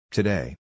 Today